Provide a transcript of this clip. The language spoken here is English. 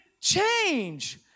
change